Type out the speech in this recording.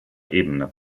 ebene